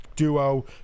duo